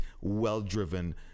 well-driven